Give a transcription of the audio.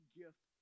gift